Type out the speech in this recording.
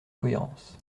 cohérence